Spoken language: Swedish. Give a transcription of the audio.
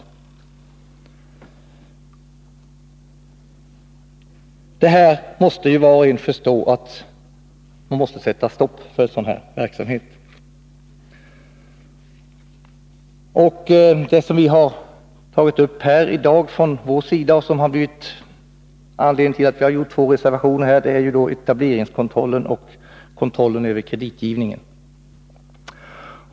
Var och en måste förstå att det är nödvändigt att sätta stopp för sådan här verksamhet. Det som vi har tagit upp i dag från vår sida och som har givit anledning till två reservationer är etableringskontroll och kontroll över kreditgivningen.